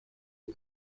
iyi